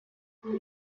آیا